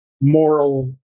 moral